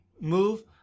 move